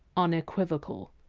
unequivocal?